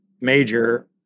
major